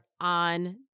on